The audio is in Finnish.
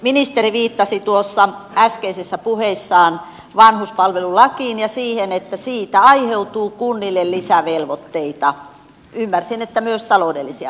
ministeri viittasi tuossa äskeisessä puheessaan vanhuspalvelulakiin ja siihen että siitä aiheutuu kunnille lisävelvoitteita ymmärsin että myös taloudellisia velvoitteita